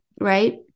Right